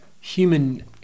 human